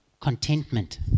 Contentment